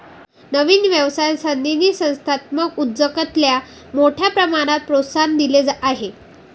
नवीन व्यवसाय संधींनी संस्थात्मक उद्योजकतेला मोठ्या प्रमाणात प्रोत्साहन दिले आहे